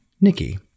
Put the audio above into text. Nikki